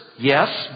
yes